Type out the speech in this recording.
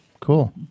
Cool